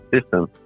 system